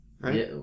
Right